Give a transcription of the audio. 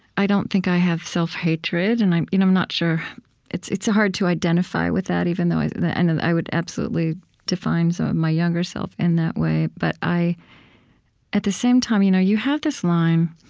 i don't think i have self-hatred and i'm you know i'm not sure it's it's hard to identify with that, even though i and i would absolutely define some of my younger self in that way. but i at the same time, you know you have this line